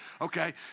Okay